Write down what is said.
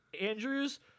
Andrews